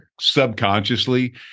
subconsciously